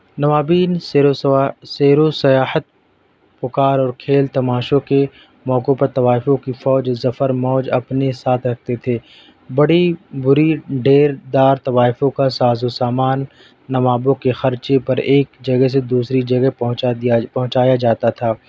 نوابین سیر و سوا سیر و سیاحت پکار اور کھیل تماشوں کے موقعوں پر طوائفوں کی فوج ظفر موج اپنے ساتھ رکھتے تھے بڑی بری ڈیر دار طوائفوں کا ساز و سامان نوابوں کے خرچے پر ایک جگہ سے دوسری جگہ پہنچا دیا پہونچایا جاتا تھا